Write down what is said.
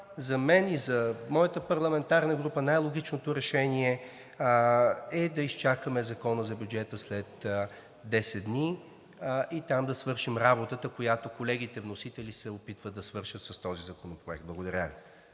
за мен и моята парламентарна група най-логичното решение е да изчакаме Закона за бюджета след 10 дни и там да свършим работата, която колегите вносители се опитват да свършат с този законопроект. Благодаря Ви.